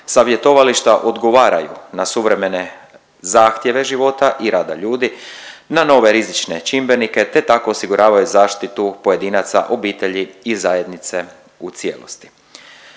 Savjetovališta odgovaraju na suvremene zahtjeve života i rada ljudi, na nove rizične čimbenike, te tako osiguravaju zaštitu pojedinaca, obitelji i zajednice u cijelosti.